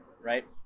right